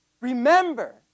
Remember